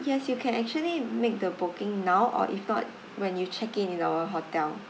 yes you can actually make the booking now or if not when you check in in our hotel